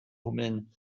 hummeln